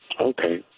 Okay